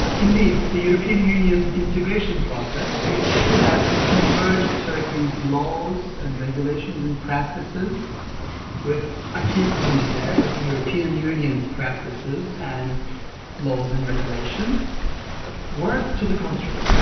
ah indeed, the european union, integration process, which should have converged turkey's laws, and regulations, and practices with acquis communitaire, with european union practices and laws and regulations were to the contrary.